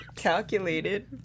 calculated